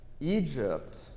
Egypt